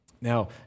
Now